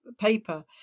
paper